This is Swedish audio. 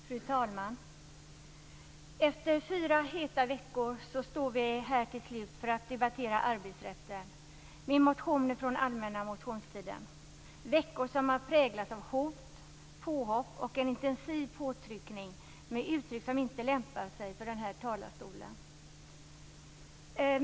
Fru talman! Efter fyra heta veckor står vi till slut här för att debattera arbetsrätten, med motioner från allmänna motionstiden - veckor som har präglats av hot, påhopp och intensiva påtryckningar med uttryck som inte lämpar sig för den här talarstolen.